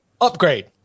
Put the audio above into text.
upgrade